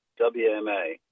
WMA